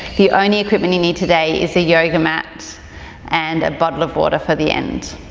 the only equipment you need today is a yoga mat and a bottle of water for the end.